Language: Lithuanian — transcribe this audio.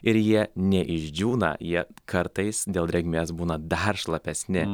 ir jie neišdžiūna jie kartais dėl drėgmės būna dar šlapesni